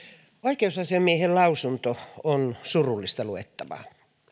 oikeusasiamiehen lausunto on surullista luettavaa